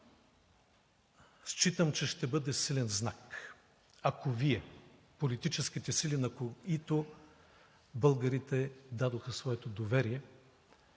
Считам, че ще бъде силен знак, ако Вие, политическите сили, на които българите дадоха своето доверие,